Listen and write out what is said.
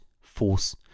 force